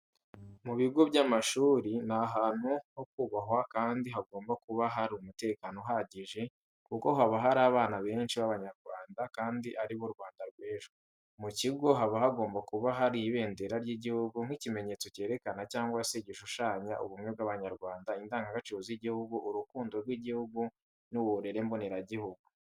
Mu bigo by'amashuri ni ahantu hokubwahwa kandi hagomba kuba hari umutekano uhagije kuko haba hari abana benshi b'Abanyarwanda kandi aribo Rwanda rw'ejo. Mu kigo haba hagomba kuba hari ibindera ry'igihugu nk'ikimenyetso cyerekana cyangwa se gishushanya ubumwe bw'Abanyarwanga, indangagaciro z'igihugu, urukundo rw'igihugu n'uburere mboneragihugu.